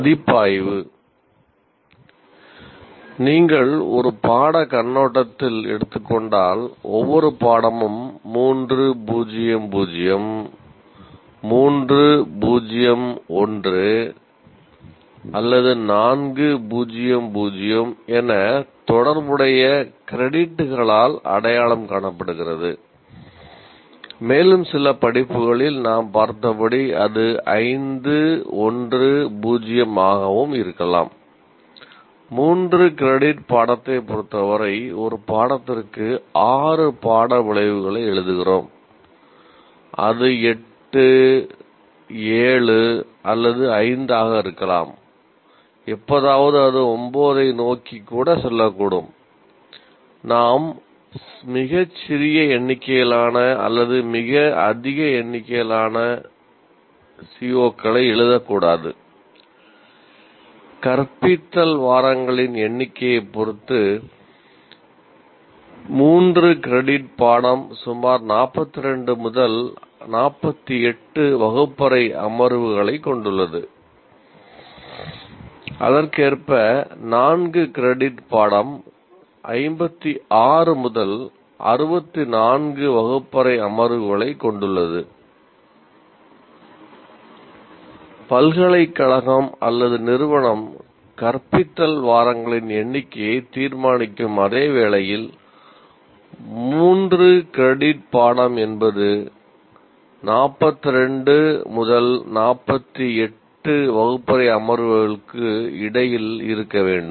மதிப்பாய்வு நீங்கள் ஒரு பாட கண்ணோட்டத்தில் எடுத்துக் கொண்டால் ஒவ்வொரு பாடமும் 3 0 0 3 0 1 அல்லது 4 0 0 என தொடர்புடைய கிரெடிட்டுகளால் பாடம் என்பது 42 முதல் 48 வகுப்பறை அமர்வுகளுக்கு இடையில் இருக்க வேண்டும்